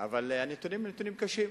אבל הנתונים הם נתונים קשים.